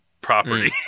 property